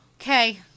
Okay